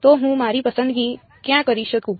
તો હું મારી પસંદગી ક્યાં કરી શકું